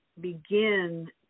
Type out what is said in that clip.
begin